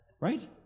Right